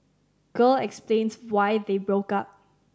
girl explains why they broke up